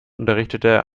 unterrichtete